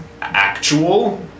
actual